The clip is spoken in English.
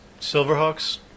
Silverhawks